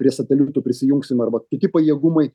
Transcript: prie satelitų prisijungsim arba kiti pajėgumai